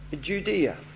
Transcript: Judea